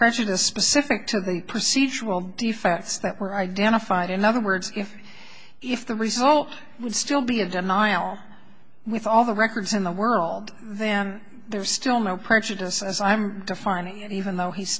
prejudice specific to the procedural defects that were identified in other words if if the result would still be a denial with all the records in the world then there's still no prejudice as i'm farney even though he's